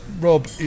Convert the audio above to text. Rob